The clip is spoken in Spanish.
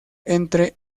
entre